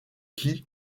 qui